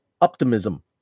optimism